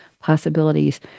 possibilities